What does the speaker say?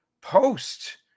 Post